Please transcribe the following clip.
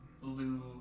blue